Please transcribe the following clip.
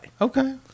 Okay